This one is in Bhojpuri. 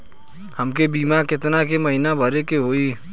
हमके बीमा केतना के महीना भरे के होई?